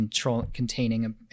containing